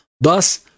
thus